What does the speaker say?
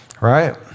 Right